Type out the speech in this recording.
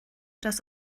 dass